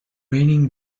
raining